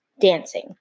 dancing